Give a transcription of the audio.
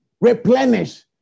replenish